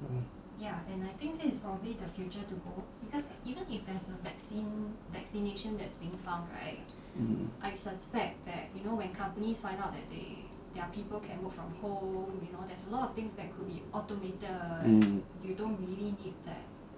mm